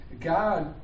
God